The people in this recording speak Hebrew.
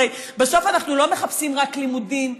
הרי בסוף אנחנו לא מחפשים רק לימודים וטכניקה,